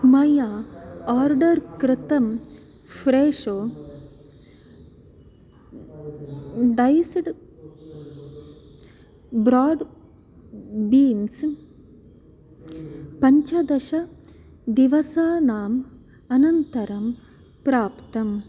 मया आर्डर् कृतं फ्रेशो डैस्ड् ब्राड् बीन्स् पञ्चदशदिवसानाम् अनन्तरं प्राप्तम्